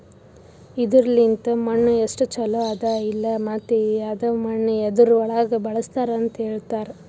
ಇದುರ್ ಲಿಂತ್ ಮಣ್ಣು ಎಸ್ಟು ಛಲೋ ಅದ ಇಲ್ಲಾ ಮತ್ತ ಯವದ್ ಮಣ್ಣ ಯದುರ್ ಒಳಗ್ ಬಳಸ್ತಾರ್ ಅಂತ್ ಹೇಳ್ತಾರ್